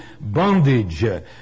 bondage